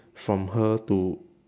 from her to